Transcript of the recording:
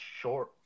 short